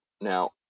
Now